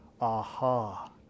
aha